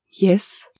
Yes